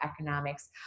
economics